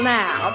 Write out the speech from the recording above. now